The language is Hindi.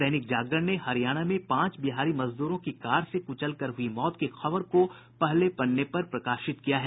दैनिक जागरण ने हरियाणा में पांच बिहारी मजदूरों की कार से कुचल कर हुई मौत की खबर को पहले पन्ने पर जगह दिया है